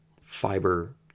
fiber